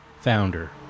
founder